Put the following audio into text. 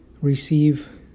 receive